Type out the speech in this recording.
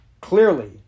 clearly